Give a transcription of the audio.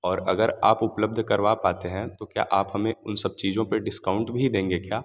और अगर आप उपलब्ध करवा पाते हैं तो क्या आप हमें उन सब चीज़ों पर डिस्काउंट भी देंगे क्या